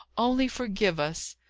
only forgive us!